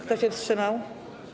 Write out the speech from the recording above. Kto się wstrzymał?